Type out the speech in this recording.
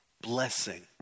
blessing